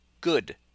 good